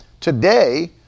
Today